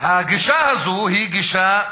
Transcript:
הגישה הזו היא גישה,